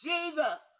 Jesus